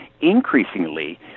Increasingly